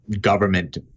government